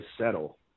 settle